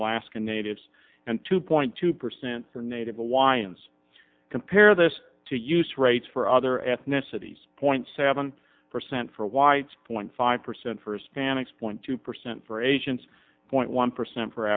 alaskan natives and two point two percent for native hawaiians compare this to use rates for other ethnicities point seven percent for whites point five percent first panix point two percent for asians point one percent for